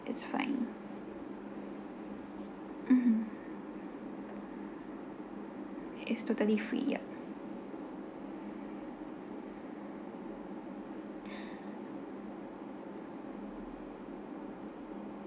it's fine mmhmm is two thirty free ya